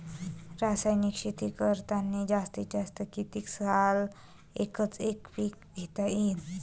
रासायनिक शेती करतांनी जास्तीत जास्त कितीक साल एकच एक पीक घेता येईन?